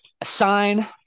assign